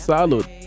Salud